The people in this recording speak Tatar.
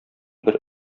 бер